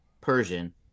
Persian